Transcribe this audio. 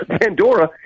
Pandora